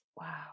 wow